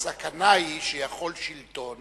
הסכנה היא שיכול שלטון